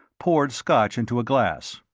poured scotch into a glass.